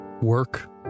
work